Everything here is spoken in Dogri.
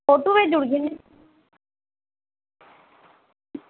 फोटो भेजी ओड़गी